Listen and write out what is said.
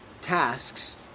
tasks